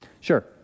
Sure